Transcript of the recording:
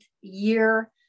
year